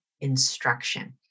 instruction